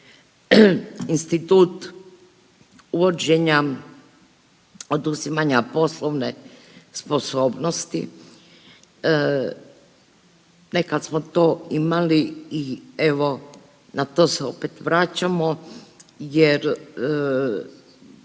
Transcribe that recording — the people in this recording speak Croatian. institut uvođenja oduzimanja poslovne sposobnosti. Nekad smo to imali i evo na to se opet vraćamo jer